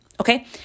okay